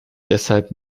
deshalb